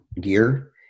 gear